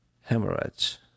hemorrhage